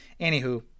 Anywho